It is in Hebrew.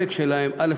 ההישגים בהם: א.